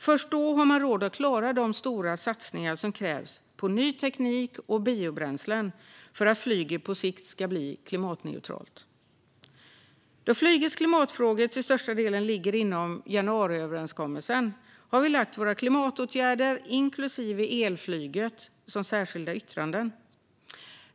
Först då har man råd att klara de stora satsningar på ny teknik och biobränslen som krävs för att flyget på sikt ska bli klimatneutralt. Då flygets klimatfrågor till största delen ligger inom januariöverenskommelsen har vi lagt fram våra klimatåtgärder, inklusive dem som gäller elflyget, som särskilda yttranden.